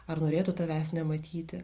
ar norėtų tavęs nematyti